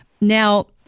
Now